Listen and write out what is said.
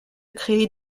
créer